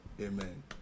amen